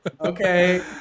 Okay